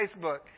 Facebook